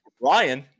ryan